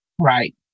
Right